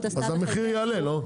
עשתה ------ אז המחיר יעלה לא?